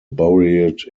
buried